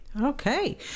Okay